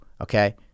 okay